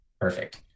Perfect